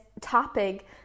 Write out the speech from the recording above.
topic